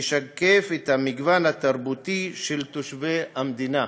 ישקף את המגוון התרבותי של תושבי המדינה.